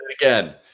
again